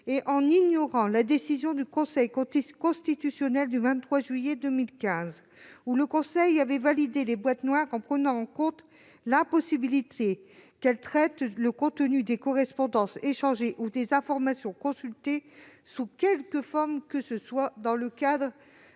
C'est ignorer la décision du Conseil constitutionnel du 23 juillet 2015, par laquelle celui-ci avait validé les « boîtes noires », en prenant en compte l'impossibilité qu'elles traitent le contenu des correspondances échangées ou des informations consultées, sous quelque forme que ce soit, dans le cadre